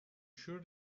sure